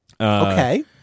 Okay